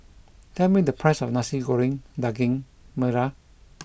tell me the price of Nasi Goreng Daging Merah